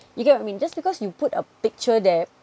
you get what I mean just because you put a picture there